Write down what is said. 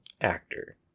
actor